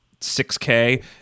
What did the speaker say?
6K